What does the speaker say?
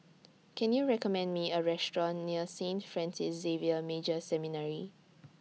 Can YOU recommend Me A Restaurant near Saint Francis Xavier Major Seminary